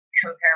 Compare